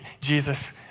Jesus